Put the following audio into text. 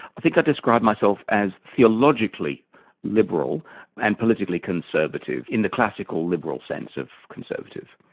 i think i'd describe myself as theologically liberal and politically conservative, in the classical liberal sense of conservative.